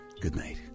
goodnight